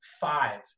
five